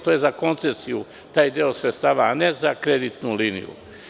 To je za koncesiju, taj deo sredstava, a ne za kreditnu liniju.